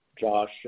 Josh